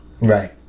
Right